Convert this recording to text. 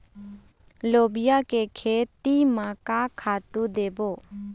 लोबिया के खेती म का खातू देबो?